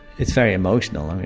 it's very emotional,